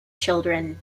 children